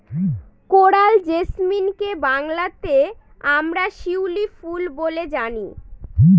coral জেসমিনকে বাংলাতে আমরা শিউলি ফুল বলে জানি